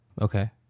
Okay